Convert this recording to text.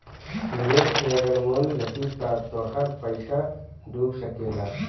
निवेश के अगर मूल्य घटी त तोहार पईसा डूब सकेला